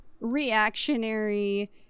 reactionary